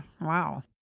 Wow